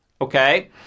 okay